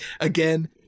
again